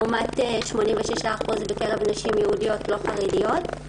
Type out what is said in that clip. לעומת 86% בקרב נשים יהודיות לא חרדיות.